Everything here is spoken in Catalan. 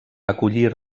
acollir